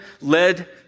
led